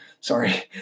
Sorry